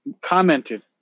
commented